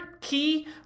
key